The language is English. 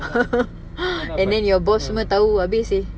ya lah ya lah but mm